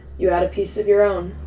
you add a piece of your own.